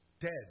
dead